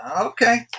okay